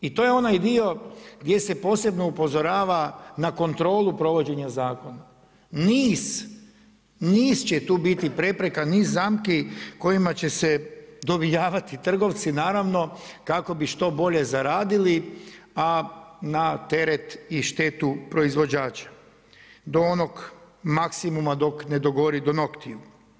I to je onaj dio gdje se posebno upozorava na kontrolu provođenja zakon, niz će tu biti prepreka, niz zamki kojima će se dovijavati trgovci naravno, kako bi što bolje zaradili a na teret i štetu proizvođača do onog maksimuma dok ne dogori do noktiju.